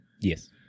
Yes